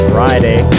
Friday